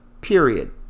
period